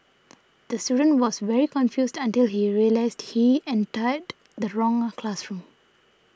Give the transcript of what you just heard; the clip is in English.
the student was very confused until he realised he entered the wrong classroom